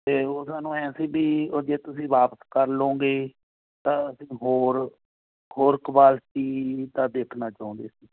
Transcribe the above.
ਅਤੇ ਉਹਨਾਂ ਨੂੰ ਐਂ ਸੀ ਵੀ ਉਹ ਜੇ ਤੁਸੀਂ ਵਾਪਸ ਕਰ ਲਉਂਗੇ ਤਾਂ ਅਸੀਂ ਹੋਰ ਹੋਰ ਕਵਾਲਟੀ ਦਾ ਦੇਖਣਾ ਚਾਹੁੰਦੇ ਸੀ